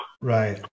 Right